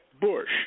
Bush